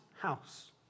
house